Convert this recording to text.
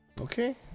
Okay